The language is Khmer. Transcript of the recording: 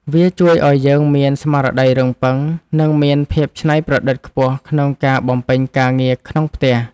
វាជួយឱ្យយើងមានស្មារតីរឹងប៉ឹង និងមានភាពច្នៃប្រឌិតខ្ពស់ក្នុងការបំពេញការងារក្នុងផ្ទះ។